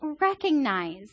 recognize